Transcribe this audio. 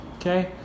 Okay